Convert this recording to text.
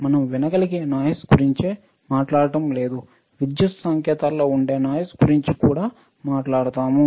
మనం వినగలిగే నాయిస్ గురించే మాట్లాడటం లేదువిద్యుత్ సంకేతాలలో ఉండే నాయిస్ గురించి కూడా మాట్లాడుతాము